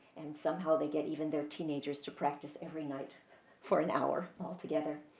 and somehow, they get even their teenagers to practice every night for an hour altogether.